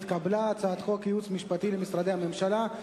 הצעת חוק יועץ משפטי למשרדי הממשלה,